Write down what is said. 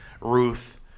Ruth